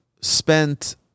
spent